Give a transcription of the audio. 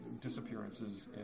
disappearances